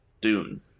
Dune